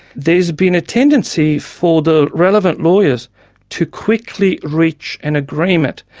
there has been a tendency for the relevant lawyers to quickly reach an agreement.